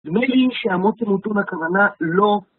נדמה לי, שהמות תמותון הכוונה לא...